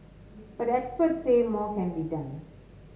but experts say more can be done